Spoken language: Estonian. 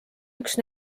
üks